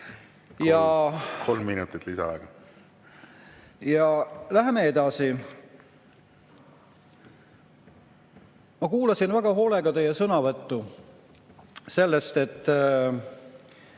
Ja läheme edasi. Ma kuulasin väga hoolega teie sõnavõttu sellest, et